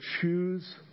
choose